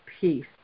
peace